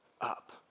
up